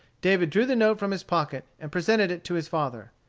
david drew the note from his pocket and presented it to his father.